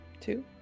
Two